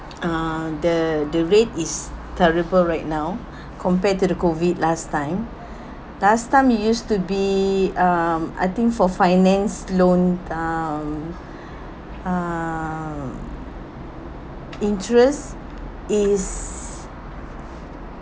uh the uh the rate is terrible right now compared to the COVID last time last time it used to be um I think for finance loan um um interest is